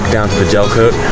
down to the gel coat.